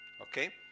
Okay